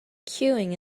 queuing